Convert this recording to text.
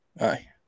Aye